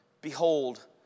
Behold